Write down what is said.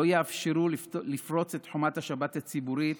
לא יאפשרו לפרוץ את חומת השבת הציבורית